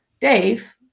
Dave